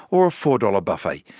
or a four dollars buffet.